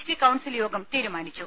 T council യോഗം തീരുമാനിച്ചു